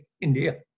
India